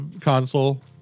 console